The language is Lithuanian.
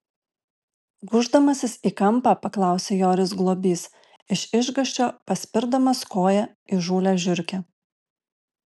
gūždamasis į kampą paklausė joris globys iš išgąsčio paspirdamas koja įžūlią žiurkę